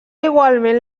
igualment